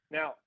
Now